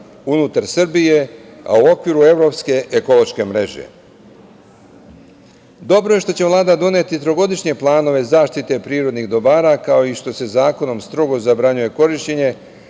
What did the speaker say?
unutar Srbije, a u okviru Evropske ekološke mreže. Dobro je što će Vlada doneti trogodišnje planove zaštite prirodnih dobara, kao i što se zakonom strogo zabranjuje korišćenje,